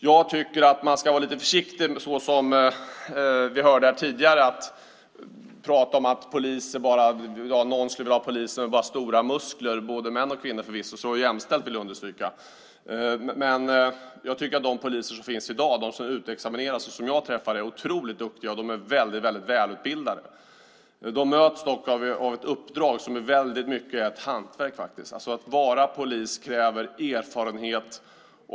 Jag tycker att man ska vara lite försiktig med sådant prat som vi hörde tidigare, att någon skulle vilja ha poliser med bara stora muskler, förvisso jämställt med både män och kvinnor, vill jag understryka. Men jag tycker att de poliser som utexamineras i dag och som jag träffar är otroligt duktiga och väldigt välutbildade. De möts dock av ett uppdrag som i väldigt mycket är ett hantverk. Att vara polis kräver erfarenhet.